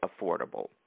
affordable